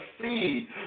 see